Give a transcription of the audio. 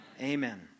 Amen